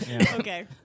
Okay